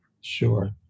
Sure